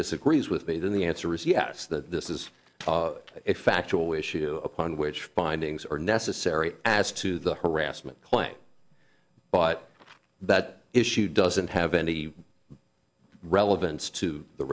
disagrees with me then the answer is yes that this is a factual issue upon which findings are necessary as to the harassment claim but that issue doesn't have any relevance to the